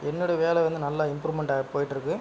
என்னோட வேலை வந்து நல்லா இம்ப்ரூவ்மென்ட்டாக போய்கிட்ருக்கு